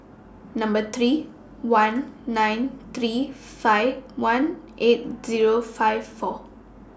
Number three one nine three five one eight Zero five four